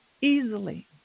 easily